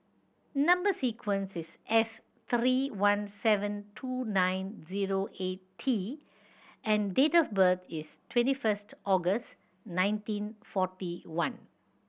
number sequence is S three one seven two nine zero eight T and date of birth is twenty first August nineteen forty one